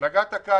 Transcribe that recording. נגעת כאן